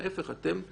להפך, אתם לוקחים,